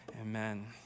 amen